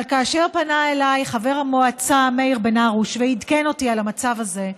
אבל כאשר פנה אליי חבר המועצה מאיר בן הרוש ועדכן אותי על המצב הזה,